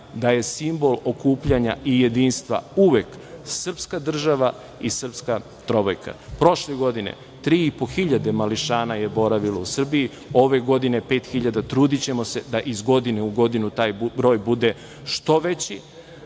da je simbol okupljanja i jedinstva uvek srpska država i srpska trobojka. Prošle godine, tri i po hiljade mališana je boravilo u Srbiji , a ove godine pet hiljada i trudićemo se da iz godine u godinu taj broj bude što veći.